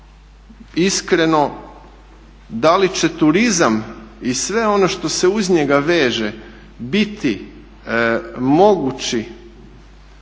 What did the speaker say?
Iskreno da li će turizam i sve ono što se uz njega veže biti mogući